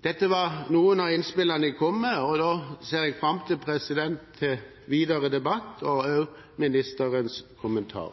Dette var noen av innspillene jeg kom med, og jeg ser fram til videre debatt og ministerens kommentar.